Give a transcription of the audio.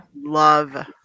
Love